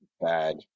Bad